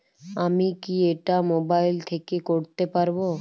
আমি কি এটা মোবাইল থেকে করতে পারবো?